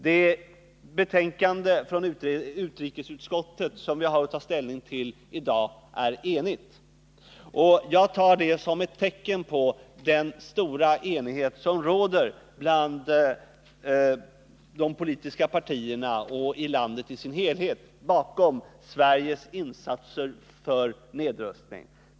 Det betänkande från utrikesutskottet som vi i dag har att ta ställning till är enhälligt. Jag tar detta såsom ett tecken på den stora enighet som råder bland de politiska partierna och i landet i dess helhet om Sveriges insatser för nedrustning.